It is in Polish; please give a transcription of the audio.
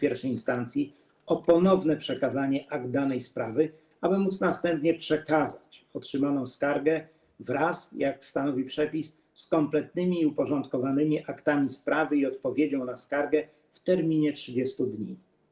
I instancji o ponowne przekazanie akt danej sprawy, aby móc następnie przekazać otrzymaną skargę, jak stanowi przepis, wraz z kompletnymi i uporządkowanymi aktami sprawy i odpowiedzią na skargę w terminie 30 dni.